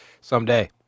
someday